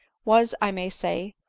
was, i may say,